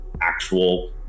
actual